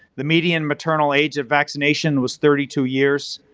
the median maternal age of vaccination was thirty two years.